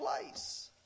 place